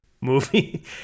movie